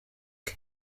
bwe